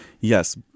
Yes